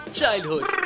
childhood